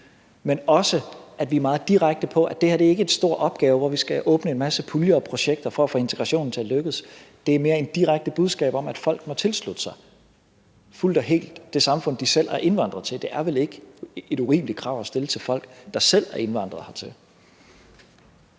skal også være meget direkte på, at det her ikke er en stor opgave, hvor vi skal åbne en masse puljer og projekter for at få integrationen til at lykkes. Det er mere et direkte budskab om, at folk må tilslutte sig fuldt og helt det samfund, de selv er indvandret til. Det er vel ikke et urimeligt krav at stille til folk, der selv er indvandret hertil.